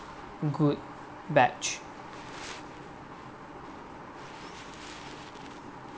good batch